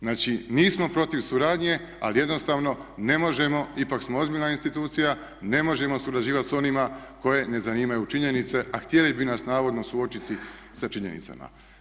Znači nismo protiv suradnje, ali jednostavno ne možemo, ipak smo ozbiljna institucija ne možemo surađivati s onima koje ne zanimaju činjenice a htjeli bi nas navodno suočiti sa činjenicama.